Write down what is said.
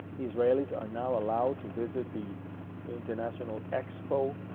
israelis are now allowed to visit the international expo